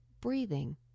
breathing